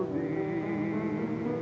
the